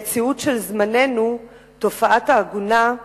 במציאות של זמננו, תופעת העגונה,